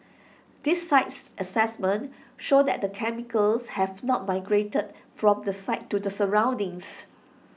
these sites assessments show that the chemicals have not migrated from the site to the surroundings